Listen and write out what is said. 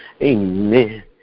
Amen